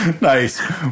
nice